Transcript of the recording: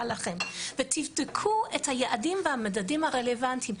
לכם ותבדקו את היעדים והמדדים הרלוונטיים.